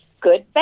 good